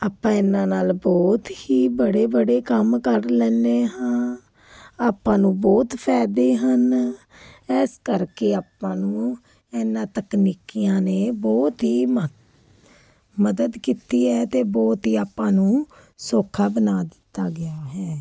ਆਪਾਂ ਇਹਨਾਂ ਨਾਲ ਬਹੁਤ ਹੀ ਬੜੇ ਬੜੇ ਕੰਮ ਕਰ ਲੈਂਦੇ ਹਾਂ ਆਪਾਂ ਨੂੰ ਬਹੁਤ ਫਾਇਦੇ ਹਨ ਇਸ ਕਰਕੇ ਆਪਾਂ ਨੂੰ ਇਹਨਾਂ ਤਕਨੀਕੀਆਂ ਨੇ ਬਹੁਤ ਹੀ ਮਹੱ ਮਦਦ ਕੀਤੀ ਹੈ ਅਤੇ ਬਹੁਤ ਹੀ ਆਪਾਂ ਨੂੰ ਸੌਖਾ ਬਣਾ ਦਿੱਤਾ ਗਿਆ ਹੈ